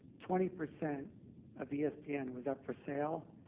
twenty percent of yeah espn was up for sale,